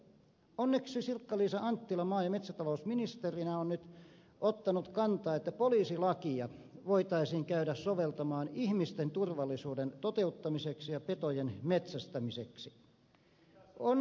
onneksi sirkka liisa anttila maa ja metsätalousministerinä on nyt ottanut kantaa että poliisilakia voitaisiin käydä soveltamaan ihmisten turvallisuuden toteuttamiseksi ja petojen metsästämiseksi